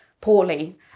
poorly